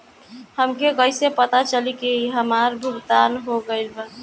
हमके कईसे पता चली हमार भुगतान हो गईल बा?